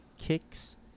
Kicks